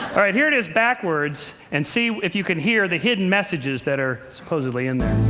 all right, here it is backwards, and see if you can hear the hidden messages that are supposedly in there.